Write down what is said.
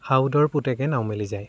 সাউদৰ পুতেকে নাও মেলি যায়